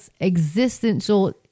existential